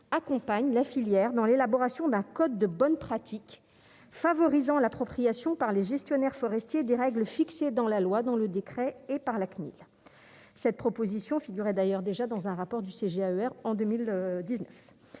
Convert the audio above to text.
accompagne la filière dans l'élaboration d'un code de bonnes pratiques favorisant l'appropriation par les gestionnaires forestiers des règles fixées dans la loi dans le décret et par la CNIL, cette proposition figurait d'ailleurs déjà dans un rapport du CGER en 2019,